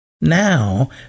Now